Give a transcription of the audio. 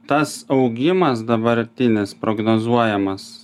tas augimas dabartinis prognozuojamas